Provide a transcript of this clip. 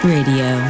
Radio